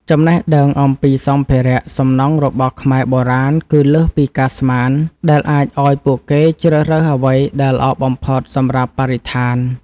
ចំណេះដឹងអំពីសម្ភារៈសំណង់របស់ខ្មែរបុរាណគឺលើសពីការស្មាន ដែលអាចឱ្យពួកគេជ្រើសរើសអ្វីដែលល្អបំផុតសម្រាប់បរិស្ថាន។